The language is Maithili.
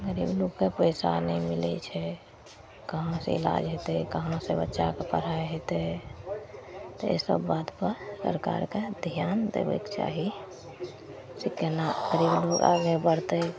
गरीब लोकके पइसा नहि मिलै छै कहाँसे इलाज हेतै कहाँसे बच्चाके पढ़ाइ हेतै एहिसब बातपर सरकारके धिआन देबैके चाही से कोना गरीब लोक आगे बढ़तै